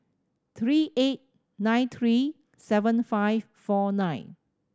three eight nine three seven five four nine